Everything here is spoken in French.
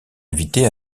invité